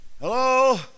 Hello